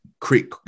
create